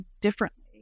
differently